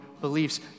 beliefs